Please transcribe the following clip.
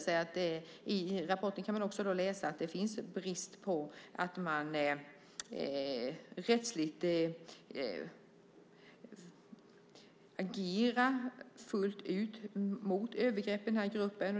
I rapporten kan man läsa att samhället inte fullt ut agerar rättsligt mot övergrepp inom den här gruppen.